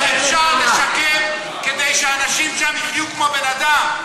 איך אפשר לשקם כדי שאנשים שם יחיו כמו בני-אדם?